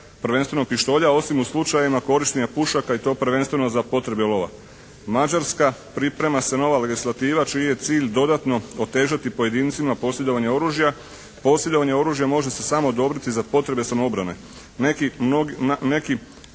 prvenstveno pištolja osim u slučajevima korištenja pušaka i to prvenstveno za potrebe lova. Mađarska. Priprema se nova legislativa čiji je cilj dodatno otežati pojedincima posjedovan je oružja. Posjedovanje oružja može se samo odobriti za potrebe samoobrane. Neki